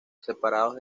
separados